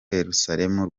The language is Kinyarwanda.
yerusalemu